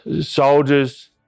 soldiers